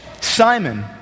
Simon